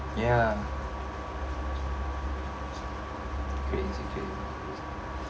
ya crazy crazy